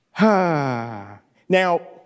Now